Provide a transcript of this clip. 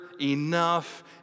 enough